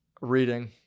Reading